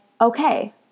okay